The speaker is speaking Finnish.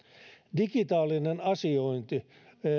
digitaalinen asiointi